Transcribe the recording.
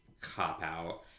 cop-out